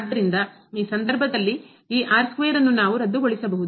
ಆದ್ದರಿಂದ ಈ ಸಂದರ್ಭದಲ್ಲಿ ಈ ಅನ್ನು ನಾವು ರದ್ದುಗೊಳಿಸಬಹುದು